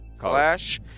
Flash